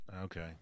Okay